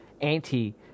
anti